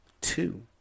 two